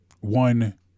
one